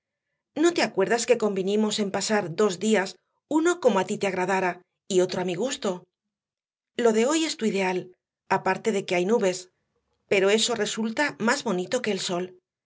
no te acuerdas que convinimos en pasar dos días uno como a ti te agradara y otro a mi gusto lo de hoy es tu ideal aparte de que hay nubes pero eso resulta más bonito que el sol